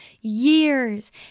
years